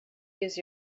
use